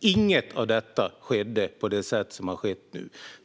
Inget av detta skedde på det sätt som har skett nu.